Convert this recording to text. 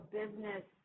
business